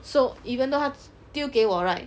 so even though 他丢给我 right